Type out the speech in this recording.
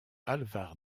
alvar